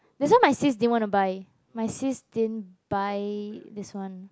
that's why my din wanna buy my sis din buy this one